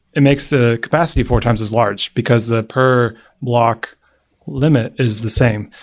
it makes the capacity four time as as large because the per block limit is the same.